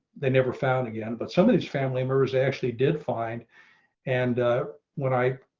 they never found again. but some of these family members actually did find and when i